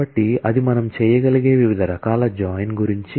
కాబట్టి అది మనం చేయగలిగే వివిధ రకాల జాయిన్ గురించి